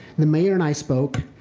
the mayor and i spoke.